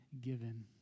given